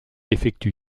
effectue